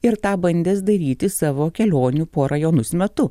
ir tą bandęs daryti savo kelionių po rajonus metu